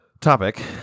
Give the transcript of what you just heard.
topic